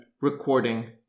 recording